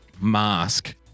mask